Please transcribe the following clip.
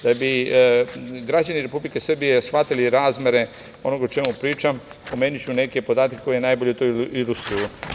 Da bi građani Republike Srbije shvatili razmere onoga o čemu pričam pomenuću neke podatke koji najbolje to ilustruju.